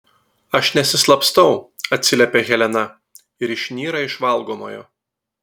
aš nesislapstau atsiliepia helena ir išnyra iš valgomojo